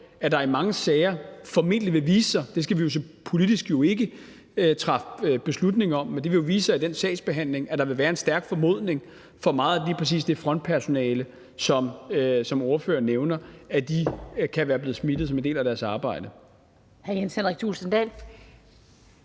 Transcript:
at der i mange sager formentlig vil vise sig – det skal vi jo som politikere ikke træffe beslutning om, men det vil vise sig af en sagsbehandling – at der vil være en stærk formodning for meget af lige præcis det frontpersonale, som ordføreren nævner, altså at de kan være blevet smittet som en del af deres arbejde.